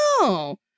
No